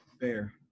Fair